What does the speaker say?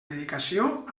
dedicació